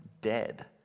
dead